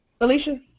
Alicia